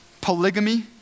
polygamy